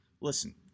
Listen